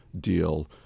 deal